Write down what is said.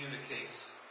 communicates